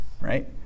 right